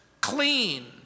clean